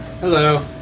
Hello